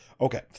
Okay